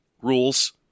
Rules